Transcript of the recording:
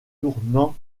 tournant